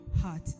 heart